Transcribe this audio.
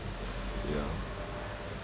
ya